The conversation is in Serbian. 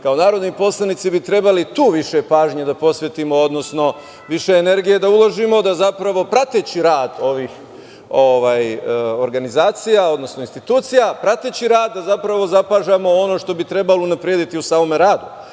kao narodni poslanici bi trebali tu više pažnje da posvetimo, odnosno više energije da uložimo da, zapravo, prateći rad ovih organizacija odnosno institucija, zapravo zapažamo ono što bi trebalo unaprediti u samom radu.